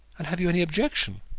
and have you any objection?